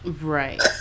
Right